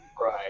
Right